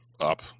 up